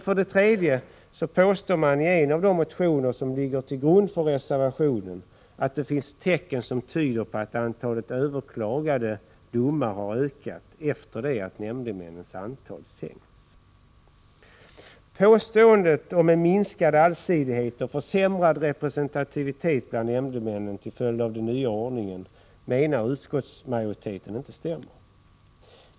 För det tredje påstås det i en av de motioner som ligger till grund för reservationen att tecken tyder på att antalet överklagade domar har ökat efter det att nämndemännens antal har sänkts. Påståendet om en minskad allsidighet och försämrad representativitet bland nämndemännen till följd av den nya ordningen stämmer inte, enligt utskottsmajoriteten.